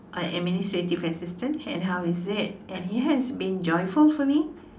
a administrative assistant and how is it and it has been joyful for me